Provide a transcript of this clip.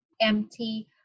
empty